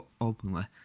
openly